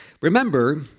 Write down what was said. Remember